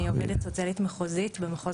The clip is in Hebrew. אני עובדת סוציאלית מחוזית במחוז